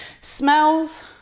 Smells